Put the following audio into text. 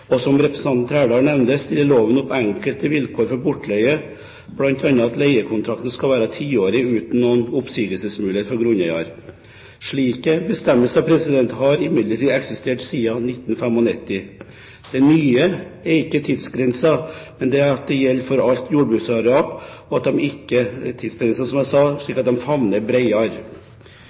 Som representanten Trældal nevner, stiller loven opp enkelte vilkår for bortleie, bl.a. at leiekontrakten skal være tiårig uten noen oppsigelsesmulighet for grunneier. Slike bestemmelser har imidlertid eksistert siden 1995. Det nye er at det gjelder for alt jordbruksareal, og at de ikke er tidsbegrensede, slik at det favner bredere. Det er riktig at